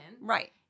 Right